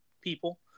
people